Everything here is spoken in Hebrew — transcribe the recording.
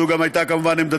זו גם הייתה עמדתי,